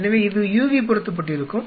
எனவே இது UV பொருத்தப்பட்டிருக்கும்